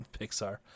Pixar